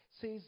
Says